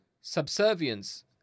subservience